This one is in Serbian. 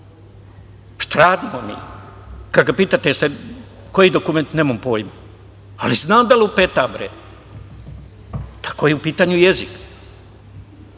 Šta radimo mi? Kad ga pitate – koji dokument, nemam pojma. Ali, zna da lupeta. Tako je u pitanju i